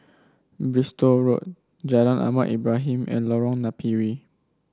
Bristol Road Jalan Ahmad Ibrahim and Lorong Napiri